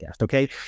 Okay